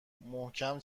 محکم